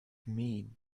mean